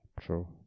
True